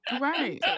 Right